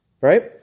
right